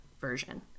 version